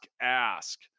ask